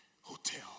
Hotel